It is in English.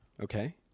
Okay